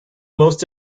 most